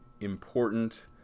important